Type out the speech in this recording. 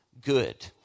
good